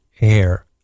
Air